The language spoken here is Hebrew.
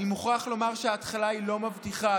מוכרח לומר שההתחלה לא מבטיחה,